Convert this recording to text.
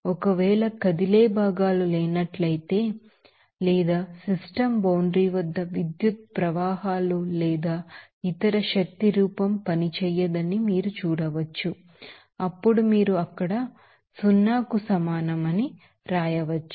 ఒకవేళ కదిలే భాగాలు లేనట్లయితే లేదా సిస్టమ్ బౌండరీ వద్ద విద్యుత్ ప్రవాహాలు లేదా ఇతర శక్తి రూపం పనిచేయదని మీరు చూడవచ్చు అప్పుడు మీరు అక్కడ సున్నాకు సమానం అని రాయవచ్చు